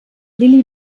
lilli